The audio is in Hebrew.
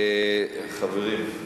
חברים,